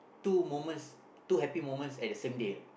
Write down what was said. two moments two happy moments at the same day ah